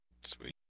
sweet